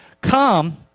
come